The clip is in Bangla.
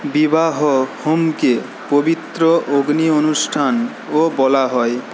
বিবাহ হোমকে পবিত্র অগ্নি অনুষ্ঠানও বলা হয়